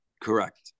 correct